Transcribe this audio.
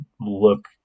look